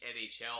NHL